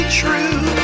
true